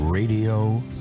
Radio